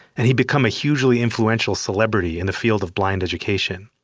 and he'd become a hugely influential celebrity in the field of blind education.